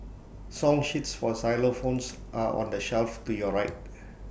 song sheets for xylophones are on the shelf to your right